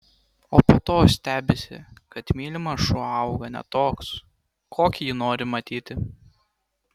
o po to stebisi kad mylimas šuo auga ne toks kokį jį nori matyti